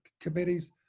committees